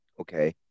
okay